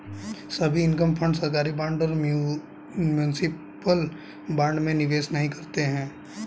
सभी income fund सरकारी bond और म्यूनिसिपल बॉन्ड में निवेश नहीं करते हैं